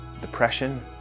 depression